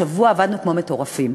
השבוע עבדנו כמו מטורפים